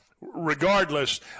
regardless